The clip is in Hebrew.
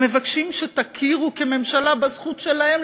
הם מבקשים שתכירו כממשלה בזכות שלהם